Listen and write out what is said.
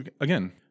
again